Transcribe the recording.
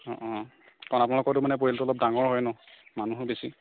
অ অ কাৰণ আপোনালোকৰতো মানে পৰিয়ালটো অলপ ডাঙৰ হয় ন' মানুহো বেছি